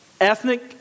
ethnic